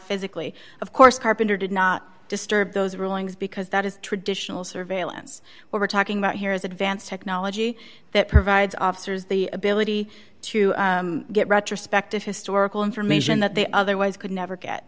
physically of course carpenter did not disturb those rulings because that is traditional surveillance we're talking about here is advanced technology that provides officers the ability to get retrospective historical information that they otherwise could never get